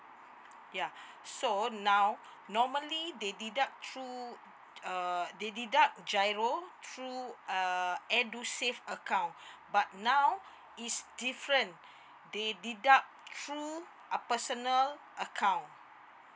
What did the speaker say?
yeah so now normally they deduct through err they deduct G_I_R_O hrough uh edusave account but now is different they deduct through a personal account